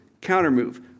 counter-move